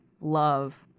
love